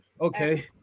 okay